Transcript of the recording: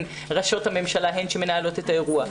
ראשות הממשלה הן שמנהלות את האירוע,